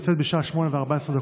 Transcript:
יוצאת ב-20:14,